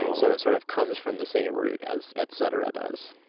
and so it sort of comes from the same root as et cetera does.